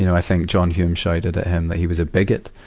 you know i think john hume shouted at him that he was a bigot,